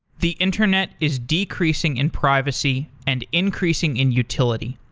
the internet is decreasing in privacy and increasing in utility.